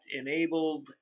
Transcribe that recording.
enabled